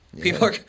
People